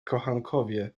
kochankowie